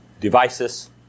devices